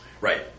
Right